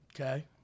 okay